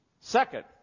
Second